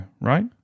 right